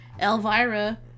Elvira